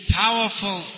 powerful